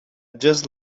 just